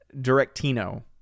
Directino